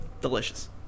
Delicious